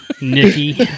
Nikki